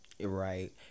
right